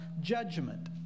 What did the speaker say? judgment